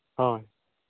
ᱦᱳᱭ